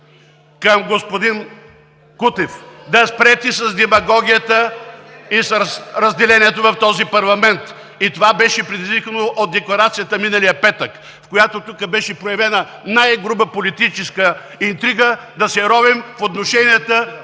към господин Кутев – да спрете с демагогията и с разделението в този парламент. Това беше предизвикано от декларацията миналия петък, в която тук беше проявена най-груба политическа интрига – да се ровим в отношенията